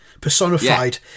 personified